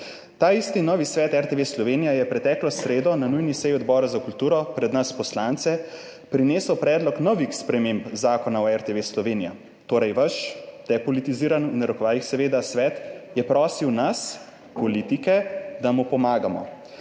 Ta isti novi svet RTV Slovenija je preteklo sredo na nujni seji Odbora za kulturo pred nas poslance prinesel predlog novih sprememb Zakona o RTV Slovenija, torej vaš depolitiziran, seveda v narekovajih, svet je prosil nas politike, da mu pomagamo.